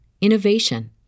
innovation